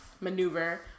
maneuver